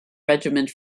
regiment